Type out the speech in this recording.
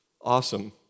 awesome